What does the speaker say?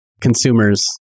consumers